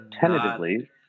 tentatively